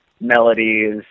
melodies